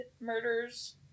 murders